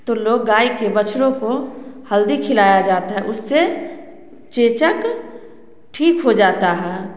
तो लोग गाय के बछड़ो को हल्दी खिलाया जाता है उससे चेचक ठीक हो जाता है